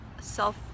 self